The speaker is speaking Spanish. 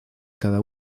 cada